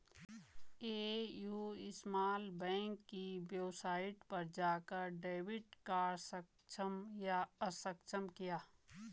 AU small bank की website पर जाकर डेबिट कार्ड सक्षम या अक्षम किया